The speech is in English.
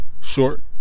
Short